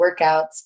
workouts